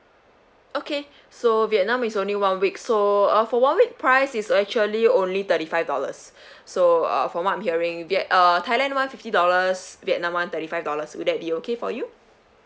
okay so vietnam is only one week so uh for one week price is actually only thirty five dollars so uh from what I'm hearing you get uh thailand one fifty dollars vietnam one thirty five dollars would that be okay for you